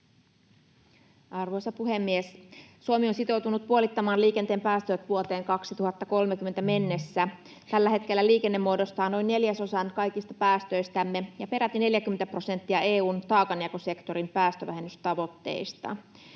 Arvoisa puhemies! Suomi on sitoutunut puolittamaan liikenteen päästöt vuoteen 2030 mennessä. Tällä hetkellä liikenne muodostaa noin neljäsosan kaikista päästöistämme ja peräti 40 prosenttia EU:n taakanjakosektorin päästövähennystavoitteista.